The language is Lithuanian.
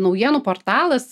naujienų portalas